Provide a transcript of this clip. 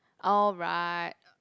alright